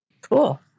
Cool